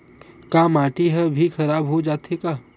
का माटी ह भी खराब हो जाथे का?